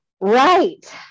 Right